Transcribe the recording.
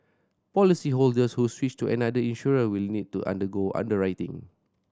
policyholders who switch to another insurer will need to undergo underwriting